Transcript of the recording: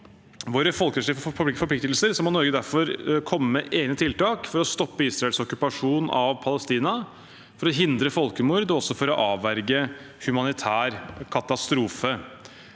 våre folkerettslige forpliktelser må Norge altså komme med egne tiltak for å stoppe Israels okkupasjon av Palestina, for å hindre folkemord og for å avverge humanitær katastrofe.